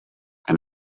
and